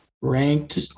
ranked